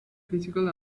physical